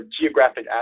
geographic